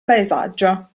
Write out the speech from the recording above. paesaggio